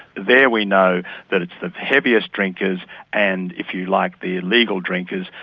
there we know that it's the heaviest drinkers and, if you like, the illegal drinkers,